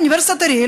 אוניברסיטת אריאל,